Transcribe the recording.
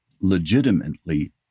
legitimately